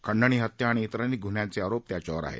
खंडणी हत्या आणि इतर अनेक ग्न्ह्यांचे आरोप त्याच्यावर आहेत